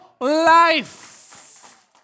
life